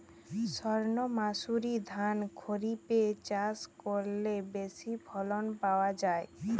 সর্ণমাসুরি ধান খরিপে চাষ করলে বেশি ফলন পাওয়া যায়?